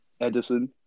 Edison